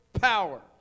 power